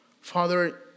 Father